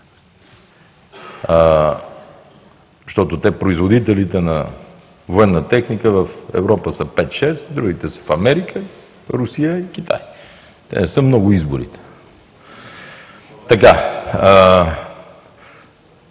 защото производителите на военна техника в Европа са 5-6, другите са в Америка, Русия и Китай. Те не са много изборите.